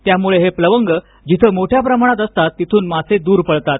त्यामुळे हे प्लवंग जिथे मोठ्या प्रमाणात असतात तिथून मासे दूर पळतात